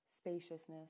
spaciousness